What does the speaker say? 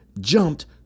jumped